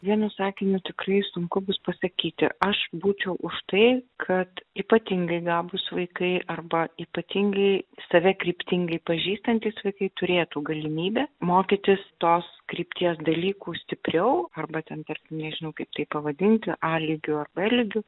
vienu sakiniu tikrai sunku bus pasakyti aš būčiau už tai kad ypatingai gabūs vaikai arba ypatingai save kryptingai pažįstantys vaikai turėtų galimybę mokytis tos krypties dalykų stipriau arba ten tarkim nežinau kaip tai pavadinti a lygiu ar b lygiu